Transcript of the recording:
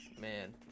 Man